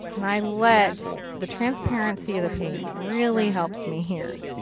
and i let the transparency of the paint really helps me here.